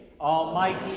almighty